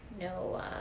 no